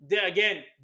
again